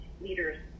leaders